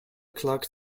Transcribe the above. clock